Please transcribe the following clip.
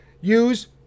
Use